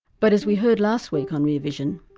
but as we heard last week on rear vision,